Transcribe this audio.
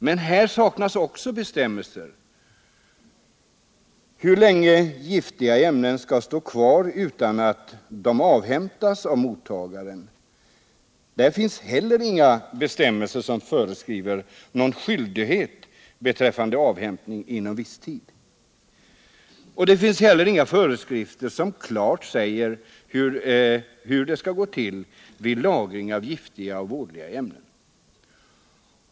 Men här saknas också bestämmelser. Hur länge skall gods, som innehåller giftiga ämnen, få stå kvar utan att det avhämtas av mottagaren? Här finns det heller inga bestämmelser som föreskriver skyldighet att avhämta godset inom viss tid. Det finns heller inga föreskrifter som klart säger hur det skall gå till vid lagring av giftiga och vådliga ämnen.